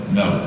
no